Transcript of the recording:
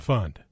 Fund